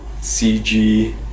CG